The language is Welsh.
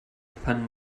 pan